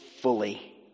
fully